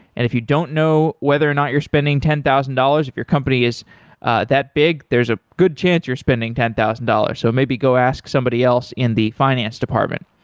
and if you don't know whether or not you're spending ten thousand dollars, if your company is that big, there's a good chance you're spending ten thousand dollars. so maybe go ask somebody else in the finance department.